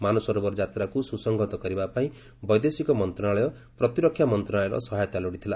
ମାନସରୋବର ଯାତ୍ରାକୁ ସୁସଂହତ କରିବାପାଇଁ ବୈଦେଶିକ ମନ୍ତ୍ରଣାଳୟ ପ୍ରତିରକ୍ଷା ମନ୍ତ୍ରଣାଳୟର ସହାୟତା ଲୋଡ଼ିଥିଲା